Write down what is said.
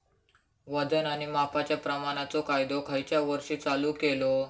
वजन आणि मापांच्या प्रमाणाचो कायदो खयच्या वर्षी चालू केलो?